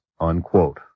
Unquote